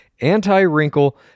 anti-wrinkle